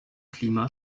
klima